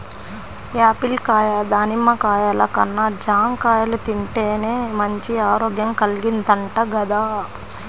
Apple కాయ, దానిమ్మ కాయల కన్నా జాంకాయలు తింటేనే మంచి ఆరోగ్యం కల్గిద్దంట గదా